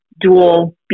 dual